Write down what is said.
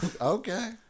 Okay